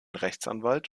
rechtsanwalt